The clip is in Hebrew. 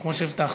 כמו שהבטחתי.